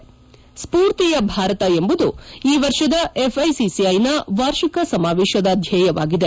ಸ್ವೂರ್ತಿಯ ಭಾರತ ಎಂಬುದು ಈ ವರ್ಷದ ಎಫ್ಐಸಿಸಿಐನ ವಾರ್ಷಿಕ ಸಮಾವೇಶದ ಧ್ನೇಯವಾಗಿದೆ